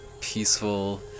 peaceful